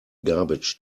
garbage